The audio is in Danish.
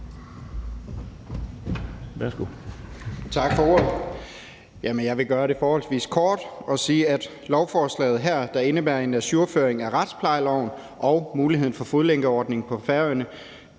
Tak for ordet. Jeg vil gøre det forholdsvis kort og sige om lovforslaget her, der indebærer en ajourføring af retsplejeloven og mulighed for fodlænkeordning på Færøerne,